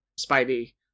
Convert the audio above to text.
Spidey